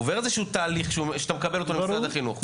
הם עוברים איזשהו תהליך כשאתה מקבל אותם למשרד החינוך.